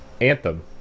Anthem